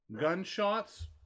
gunshots